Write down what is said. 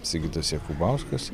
sigitas jakubauskas